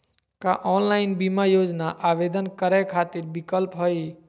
का ऑनलाइन बीमा योजना आवेदन करै खातिर विक्लप हई?